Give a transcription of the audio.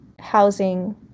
housing